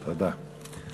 תודה.